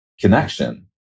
connection